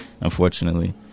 unfortunately